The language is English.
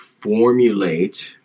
formulate